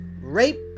rape